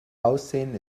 aussehen